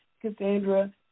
Cassandra